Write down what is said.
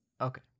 Okay